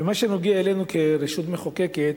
במה שנוגע אלינו, כרשות מחוקקת,